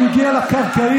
הוא הגיע לקרקעית.